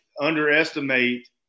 underestimate